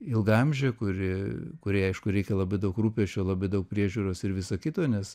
ilgaamžė kuri kuriai aišku reikia labai daug rūpesčio labai daug priežiūros ir viso kito nes